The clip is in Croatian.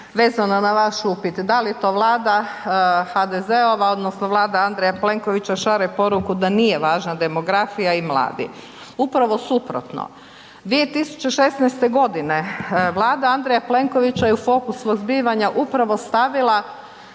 vezano na vaš upit, da li to vlada HDZ-ova odnosno vlada Andreja Plenkovića šalje poruku da nije važna demografija i mladi. Upravo suprotno. 2016. godina vlada Andreja Plenkovića je u fokusu zbivanja upravo stavila